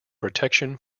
protection